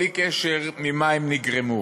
בלי קשר לשאלה ממה הן נגרמו.